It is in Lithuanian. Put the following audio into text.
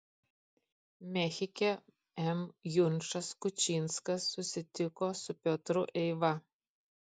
mechike m junčas kučinskas susitiko su piotru eiva